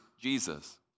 Jesus